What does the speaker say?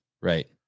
Right